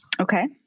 Okay